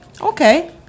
Okay